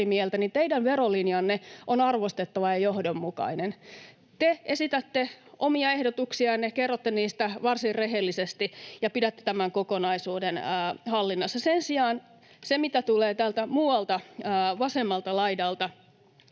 teidän verolinjanne on arvostettava ja johdonmukainen. Te esitätte omia ehdotuksianne, kerrotte niistä varsin rehellisesti ja pidätte tämän kokonaisuuden hallinnassa — sen sijaan mitä tulee täältä muualta vasemmalta laidalta,